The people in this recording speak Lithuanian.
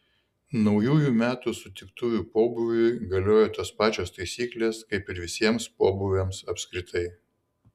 naujųjų metų sutiktuvių pobūviui galioja tos pačios taisyklės kaip ir visiems pobūviams apskritai